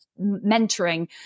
mentoring